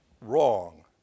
wrong